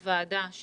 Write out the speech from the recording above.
כוועדה